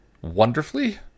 wonderfully